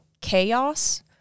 chaos